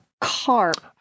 carp